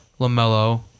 LaMelo